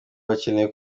bakeneye